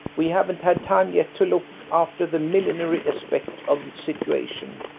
we haven't had time yet to look after the millinery aspect of the situation,